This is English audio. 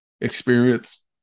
experience